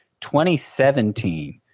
2017